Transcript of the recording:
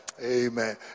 Amen